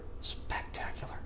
Spectacular